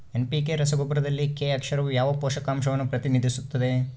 NPK ರಸಗೊಬ್ಬರದಲ್ಲಿ K ಅಕ್ಷರವು ಯಾವ ಪೋಷಕಾಂಶವನ್ನು ಪ್ರತಿನಿಧಿಸುತ್ತದೆ?